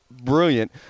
brilliant